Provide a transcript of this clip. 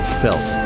felt